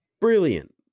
Brilliant